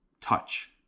touch